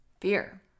fear